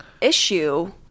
issue